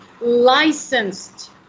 licensed